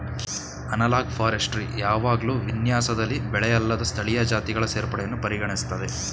analogue forestry ಯಾವಾಗ್ಲೂ ವಿನ್ಯಾಸದಲ್ಲಿ ಬೆಳೆಅಲ್ಲದ ಸ್ಥಳೀಯ ಜಾತಿಗಳ ಸೇರ್ಪಡೆಯನ್ನು ಪರಿಗಣಿಸ್ತದೆ